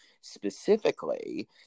specifically